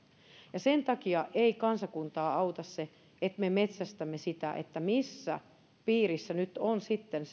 sen takia ei kansakuntaa auta se että me metsästämme sitä missä piirissä nyt sitten